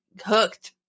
hooked